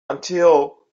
until